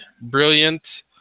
brilliant